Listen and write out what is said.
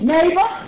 Neighbor